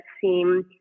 seem